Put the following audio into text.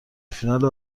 فینال